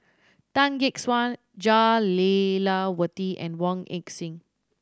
Tan Gek Suan Jah Lelawati and Wong Heck Sing